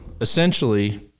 essentially